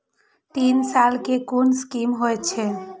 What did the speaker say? तीन साल कै कुन स्कीम होय छै?